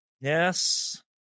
Yes